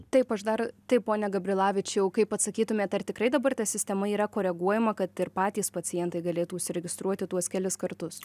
taip aš dar taip pone gabrilavičiau kaip atsakytumėt ar tikrai dabar ta sistema yra koreguojama kad ir patys pacientai galėtų užsiregistruoti tuos kelis kartus